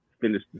finish